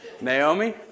Naomi